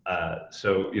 so you